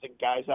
guys